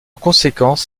conséquence